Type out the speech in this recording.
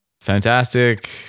fantastic